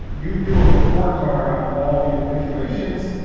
you do a report card on all the administrations.